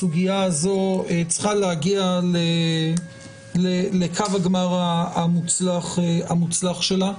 הסוגיה הזו צריכה להגיע לקו הגמר המוצלח שלה.